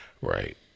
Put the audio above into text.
Right